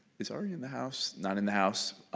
he's already in the house? not in the house,